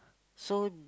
so